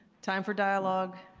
time for dialogue.